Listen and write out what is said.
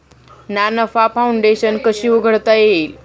ना नफा फाउंडेशन कशी उघडता येईल?